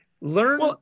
learn